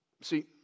See